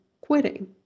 quitting